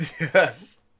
Yes